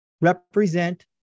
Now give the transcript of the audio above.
represent